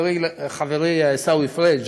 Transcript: חברי עיסאווי פריג',